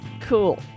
Cool